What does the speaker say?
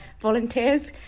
volunteers